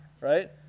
Right